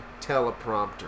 teleprompter